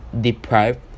deprived